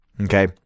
Okay